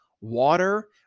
water